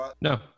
No